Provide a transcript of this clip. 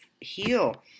heal